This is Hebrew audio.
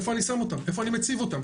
איפה אני שם אותם, איפה אני מציב אותם